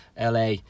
LA